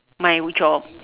my job